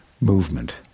movement